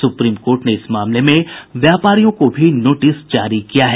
supreme court ने इस मामले में व्यापारियों को नोटिस भी जारी किया है